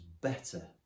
better